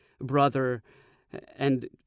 brother—and